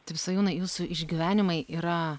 taip svajūnai jūsų išgyvenimai yra